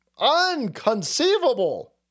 Unconceivable